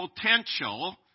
potential